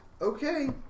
okay